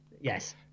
Yes